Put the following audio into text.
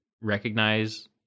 recognize